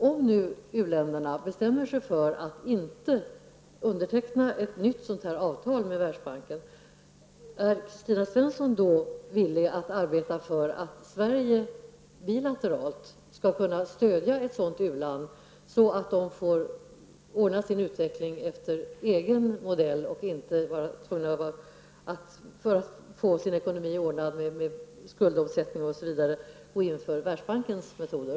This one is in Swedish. Om nu uländerna bestämmer sig för att inte underteckna ett nytt avtal med världsbanken, är Kristina Svensson då villig att arbeta för att Sverige bilateralt skall kunna stödja ett sådant u-land? Då kan de få ordna sin utveckling efter egen modell och inte vara tvungna, för att få sin ekonomi ordnad när det gäller skuldomsättning, gå in för världsbankens metoder?